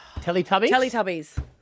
Teletubbies